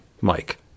Mike